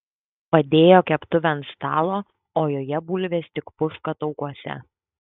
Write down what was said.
padėjo keptuvę ant stalo o joje bulvės tik puška taukuose